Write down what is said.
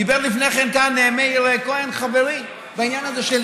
דיבר לפני כן כאן מאיר כהן, חברי, בעניין הזה.